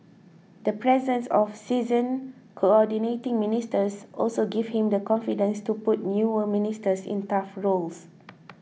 the presence of seasoned Coordinating Ministers also gives him the confidence to put newer ministers in tough roles